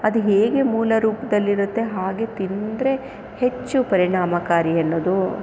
ಅದು ಹೇಗೆ ಮೂಲ ರೂಪದಲ್ಲಿರತ್ತೆ ಹಾಗೇ ತಿಂದರೆ ಹೆಚ್ಚು ಪರಿಣಾಮಕಾರಿ ಅನ್ನೋದು